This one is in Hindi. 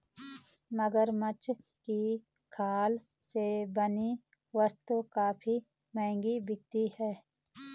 मगरमच्छ की खाल से बनी वस्तुएं काफी महंगी बिकती हैं